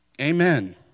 Amen